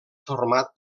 format